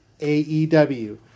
AEW